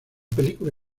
película